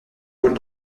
rôles